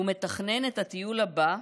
הוא מתכנן את הטיול הבא,